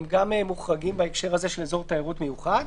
הם גם מוחרגים בהקשר הזה של אזור תיירות מיוחד.